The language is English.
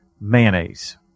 mayonnaise